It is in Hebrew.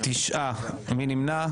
תשעה, מי נמנע?